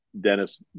Dennis